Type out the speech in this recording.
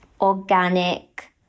organic